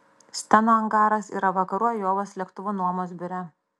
steno angaras yra vakarų ajovos lėktuvų nuomos biure